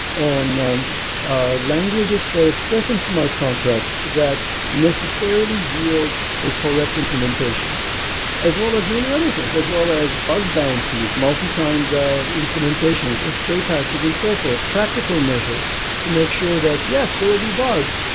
on languages for expressing smart contracts that necessarily yield a correct implementation as well as many other things. as well as bug bounties, multi-time implementations, escape hatches and so forth, practical measures to make sure that yes, there will be bugs.